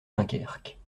dunkerque